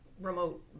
remote